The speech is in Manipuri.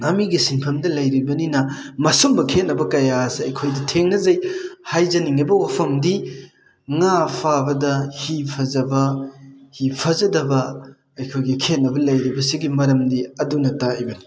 ꯉꯥꯃꯤꯒꯤ ꯁꯤꯟꯐꯝꯗ ꯂꯩꯔꯤꯕꯅꯤꯅ ꯃꯁꯨꯝꯕ ꯈꯦꯠꯅꯕ ꯀꯌꯥ ꯑꯁꯦ ꯑꯩꯈꯣꯏꯗ ꯊꯦꯡꯅꯖꯩ ꯍꯥꯏꯖꯅꯤꯡꯉꯤꯕ ꯋꯥꯐꯝꯗꯤ ꯉꯥ ꯐꯕꯗ ꯍꯤ ꯐꯖꯕ ꯍꯤ ꯐꯖꯗꯕ ꯑꯩꯈꯣꯏꯒꯤ ꯈꯦꯠꯅꯕ ꯂꯩꯔꯤꯕꯁꯤꯒꯤ ꯃꯔꯝꯗꯤ ꯑꯗꯨꯅ ꯇꯥꯛꯏꯕꯅꯤ